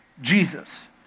Jesus